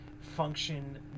function